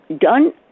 done